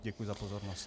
Děkuji za pozornost.